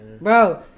Bro